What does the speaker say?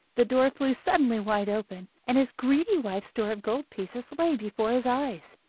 the door flew suddenly wide open, and his greedy wife's store of gold pieces lay before his eyes.